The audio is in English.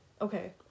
Okay